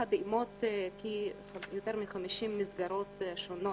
יחד עם עוד יותר מ-50 מסגרות שונות,